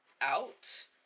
out